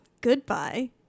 Goodbye